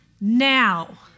now